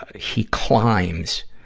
ah he climbs